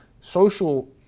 social